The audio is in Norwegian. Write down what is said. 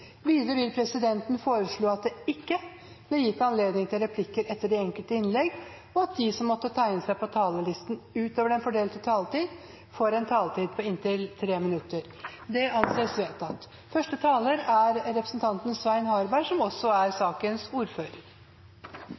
Videre vil presidenten foreslå at det ikke blir gitt anledning til replikker etter de enkelte innlegg, og at de som måtte tegne seg på talerlisten utover den fordelte taletid, får en taletid på inntil 3 minutter. – Det anses vedtatt.